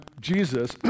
Jesus